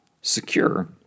secure